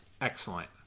Excellent